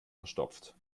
verstopft